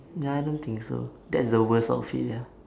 nah I don't think so that's the worst outfit ya